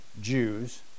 Jews